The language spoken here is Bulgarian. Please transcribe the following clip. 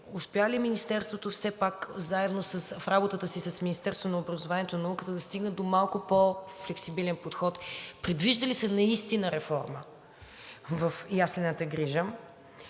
успя ли Министерството все пак в работата си с Министерството на образованието и науката да стигне до малко по-флексибилен подход? Предвижда ли се наистина реформа в яслената грижа?